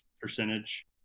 percentage